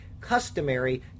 customary